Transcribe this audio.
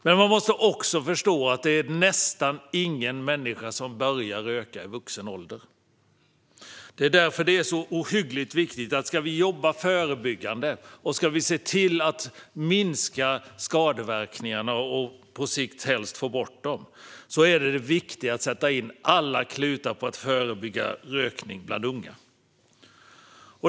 Men man måste också förstå att det är nästan ingen människa som börjar röka i vuxen ålder. Ska vi jobba förebyggande, se till att minska skadeverkningarna och på sikt få bort dem är det viktigt att sätta in alla klutar på att förebygga rökning bland unga.